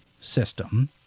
system